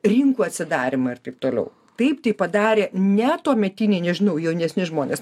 rinkų atsidarymą ir taip toliau taip tai padarė ne tuometiniai nežinau jaunesni žmonės